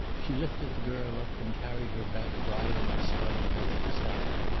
she lifted the girl up and carried her back writhing and struggling into the salon.